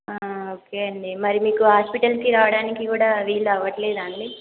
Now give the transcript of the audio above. okay అండి మరి మీకు హాస్పిటల్కి రావడానికి కూడా వీలు అవ్వట్లేదా అండి